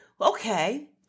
Okay